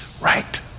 right